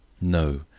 No